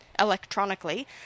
electronically